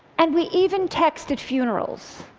and we even text at funerals.